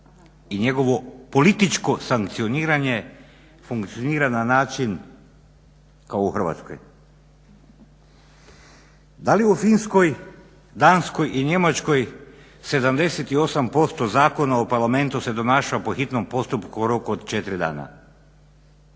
i njegovo političko sankcioniranje funkcionira na način kao u Hrvatskoj? Da li u Finskoj, Danskoj i Njemačkoj 78% Zakona o Parlamentu se donaša po hitnom postupku u roku od 4 dana?